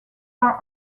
are